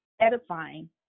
edifying